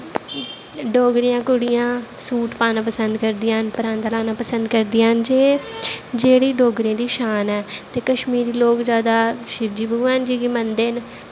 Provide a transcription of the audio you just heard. डोगरियां कुड़ियां सूट पाना पसंद करदियां न परांदा पानां पसंद करदियां न जे जेह्ड़ी डोगरें दी शान ते कशामीरा लोग जादा शिवजी भगवान जी गी बी मनदे न